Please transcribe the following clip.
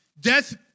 Death